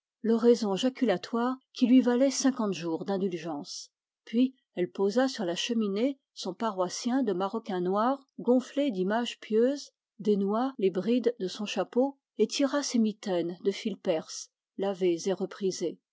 sauvez-nous l'oraison jaculatoire qui lui valait cinquante jours d'indulgence puis elle posa sur la cheminée son paroissien de maroquin noir gonflé d'images pieuses dénoua les brides de son chapeau et tira ses mitaines de fil perse